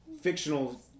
fictional